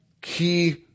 key